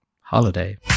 Holiday